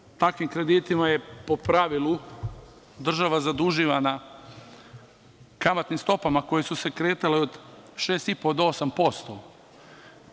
Naravno, takvim kreditima je po pravilu država zaduživana kamatnim stopama koje su se kretale od 6,5% do 8%